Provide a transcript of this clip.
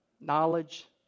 Knowledge